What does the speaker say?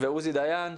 עוזי דיין,